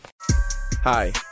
Hi